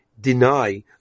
deny